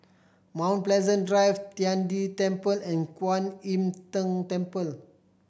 Mount Pleasant Drive Tian De Temple and Kwan Im Tng Temple